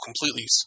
completely